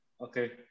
Okay